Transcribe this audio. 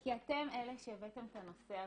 כי אתם אלה שהבאתם את הנושא הזה.